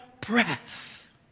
breath